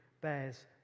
bears